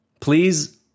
please